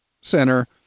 center